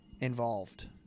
involved